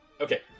Okay